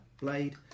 blade